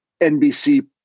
NBC